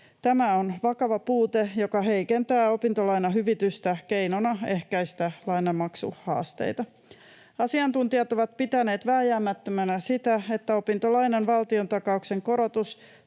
Tämä on vakava puute, joka heikentää opintolainahyvitystä keinona ehkäistä lainanmaksuhaasteita. Asiantuntijat ovat pitäneet vääjäämättömänä sitä, että opintolainan valtiontakauksen korotus